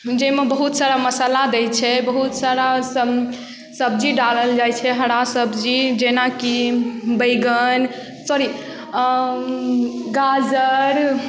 जाहिमे बहुत सारा मसाला दै छै बहुत सारा सब सब्जी डालल जाए छै हरा सब्जी जेनाकि बैगन सॉरी गाजर